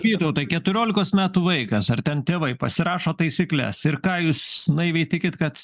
vytautai keturiolikos metų vaikas ar ten tėvai pasirašo taisykles ir ką jūs naiviai tikit kad